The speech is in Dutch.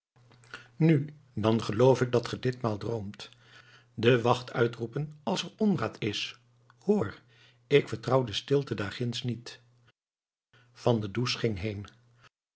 nu dan geloof ik dat ge ditmaal droomt de wacht uitroepen als er onraad is hoor ik vertrouw de stilte daar ginds niet van der does ging heen